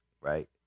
right